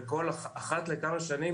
וזה קורה אחת לכמה שנים,